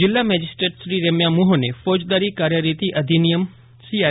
જિલ્લા magistrate રેમ્યાટ મોહનેફોજદારી કાર્યરીતી અધિનિથમ સીઆર